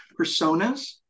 personas